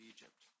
Egypt